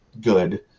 good